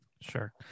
Sure